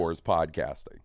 podcasting